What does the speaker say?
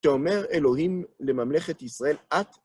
כשאומר אלוהים לממלכת ישראל, את?